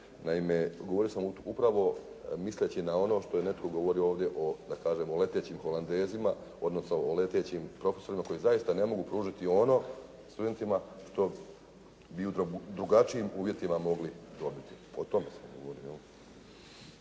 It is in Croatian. Naime, govorio sam upravo misleći na ono što je netko govorio ovdje da kažem o letećim "holandezima", odnosno o letećim profesorima koji zaista ne mogu pružiti ono studentima što bi u drugačijim uvjetima mogli obiti, o tome sam govorio